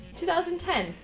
2010